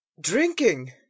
drinking